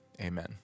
amen